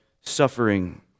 suffering